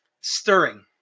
stirring